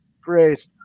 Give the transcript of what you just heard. great